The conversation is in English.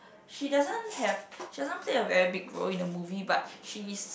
she doesn't have she doesn't play a very big role in the movie but she is